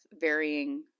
varying